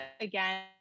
again